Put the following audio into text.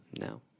No